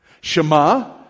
Shema